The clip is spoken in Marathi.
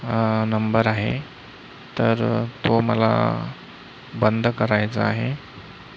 नंबर आहे तर तो मला बंद करायचा आहे